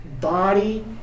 body